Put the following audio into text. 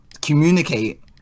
communicate